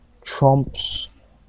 trumps